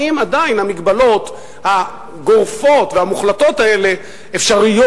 האם עדיין המגבלות הגורפות והמוחלטות האלה אפשריות.